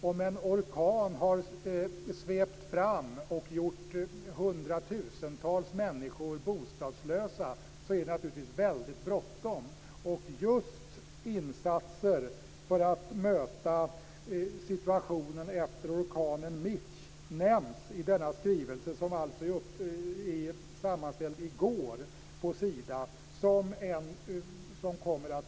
Om en orkan har svept fram och gjort hundratusentals människor bostadslösa är det mycket bråttom. Insatser för att möta situationen efter orkanen Mitch nämns i skrivelsen från Sida, som alltså är sammanställd i går.